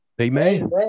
Amen